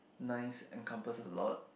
nice and compass a lot